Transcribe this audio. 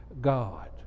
God